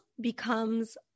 becomes